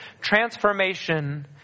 transformation